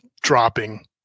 dropping